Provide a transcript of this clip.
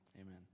amen